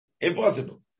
Impossible